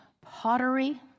pottery